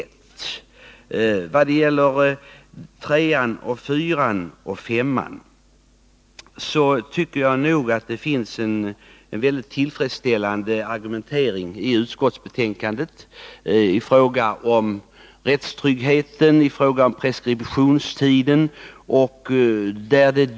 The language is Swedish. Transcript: I vad gäller reservationerna 3, 4 och 5 tycker jag nog att det finns en väldigt tillfredsställande argumentering i utskottsbetänkandet. Det gäller såväl rättstryggheten som preskriptionstiden.